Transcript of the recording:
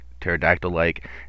pterodactyl-like